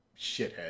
shithead